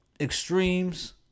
Extremes